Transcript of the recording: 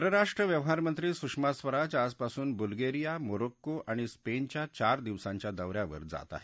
परराष्ट्र व्यवहार मंत्री सुषमा स्वराज आजपासून बुल्गेरीया मोरोक्को आणि स्पेनच्या चार दिवसांच्या दौऱ्यावर जात आहेत